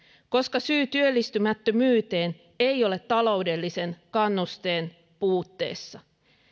koska syy työllistymättömyyteen ei ole taloudellisen kannusteen puutteessa